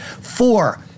Four